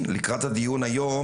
לקראת הדיון היום,